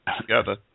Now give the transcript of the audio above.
together